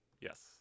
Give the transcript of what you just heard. Yes